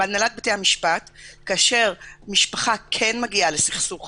בהנהלת בתי המשפט, כאשר משפחה כן מגיעה לסכסוך